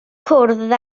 cwrdd